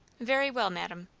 very well, madam.